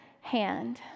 hand